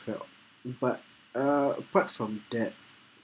felt mm but uh apart from that